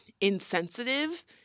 insensitive